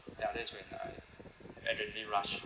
ya that's when I adrenaline rush